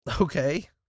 Okay